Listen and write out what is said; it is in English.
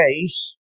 case